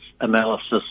analysis